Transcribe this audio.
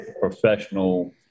professional